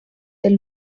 del